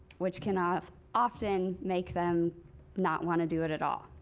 which can ah often make them not want to do it at all.